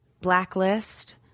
blacklist